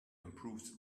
improves